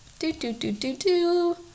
Do-do-do-do-do